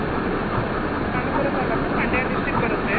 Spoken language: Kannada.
ಹ್ಞೂ ಪಾಂಡವಪುರ ತಾಲೂಕು ಮಂಡ್ಯ ಡಿಸ್ಟ್ರಿಕ್ ಬರುತ್ತೇ